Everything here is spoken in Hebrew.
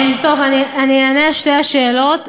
אני אענה על שתי השאלות.